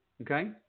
Okay